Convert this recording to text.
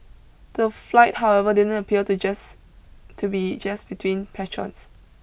the flight however didn't appear to just to be just between patrons